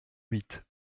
huit